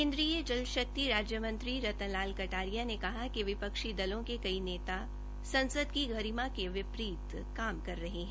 केन्द्रीय जल शक्ति राज्य मंत्री रतन लाल कटारिया ने कहा कि विपक्षी दलों के कई नेता संसद की गरिमा के विपरीत काम कर रहे हैं